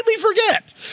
forget